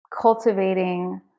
cultivating